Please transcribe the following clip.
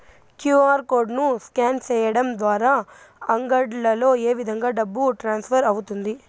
QR code ను scan సేయడం ద్వారా అంగడ్లలో ఏ విధంగా డబ్బు ట్రాన్స్ఫర్ అవుతుంది